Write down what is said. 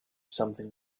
something